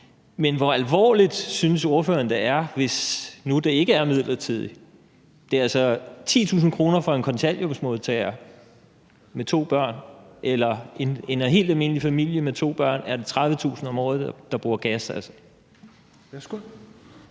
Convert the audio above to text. Men hvor alvorligt synes ordføreren det er, hvis ikke det er midlertidigt? Det er altså 10.000 kr. for en kontanthjælpsmodtager med to børn, og for en helt almindelig familie med to børn, der bruger gas,